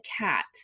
cat